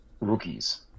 rookies